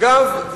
אגב,